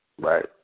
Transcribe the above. Right